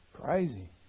Crazy